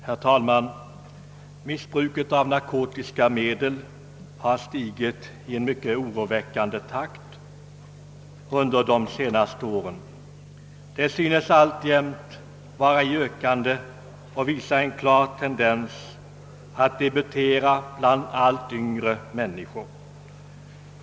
Herr talman! Missbruket av narkotiska medel har stigit i en mycket oroväc kande takt i vårt land under de senaste åren. Det synes alltjämt vara ökande och visar en klar tendens att debutera bland allt yngre människor.